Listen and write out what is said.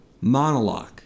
monologue